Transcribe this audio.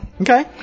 Okay